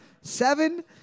Seven